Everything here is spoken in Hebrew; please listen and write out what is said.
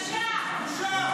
בושה, בושה.